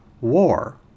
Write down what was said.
War